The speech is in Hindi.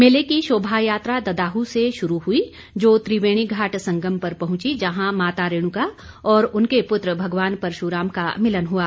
मेले की शोभायात्रा ददाहू से शुरू हुई जो त्रिवेणीघाट संगम पर पहुंची जहां माता रेणुका और उनके पुत्र भगवान परशुराम का मिलन हुआ